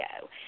go